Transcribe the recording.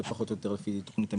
זה פחות או יותר על פי תכנית המתאר.